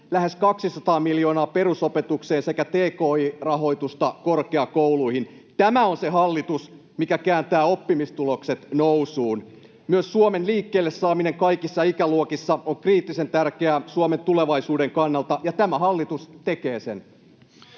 lähes 200 miljoonaa perusopetukseen sekä tki-rahoitusta korkeakouluihin. Tämä on se hallitus, mikä kääntää oppimistulokset nousuun. Myös Suomen liikkeelle saaminen kaikissa ikäluokissa on kriittisen tärkeää Suomen tulevaisuuden kannalta, ja tämä hallitus tekee sen.